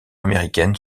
américaine